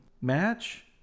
match